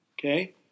Okay